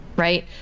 right